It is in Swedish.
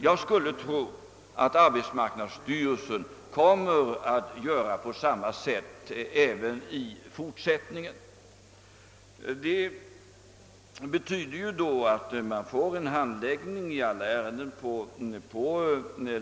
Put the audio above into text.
Jag tror att arbetsmarknadsstyrelsen kommer att göra på samma sätt även i fortsättningen, och detta innebär en handläggning av samtliga ärenden på länsplanet.